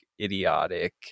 idiotic